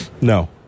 No